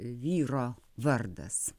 vyro vardas